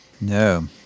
No